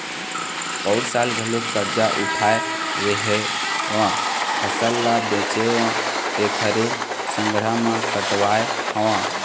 पउर साल घलोक करजा उठाय रेहेंव, फसल ल बेचेंव तेखरे संघरा म कटवाय हँव